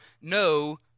no